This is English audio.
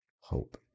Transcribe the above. hope